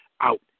out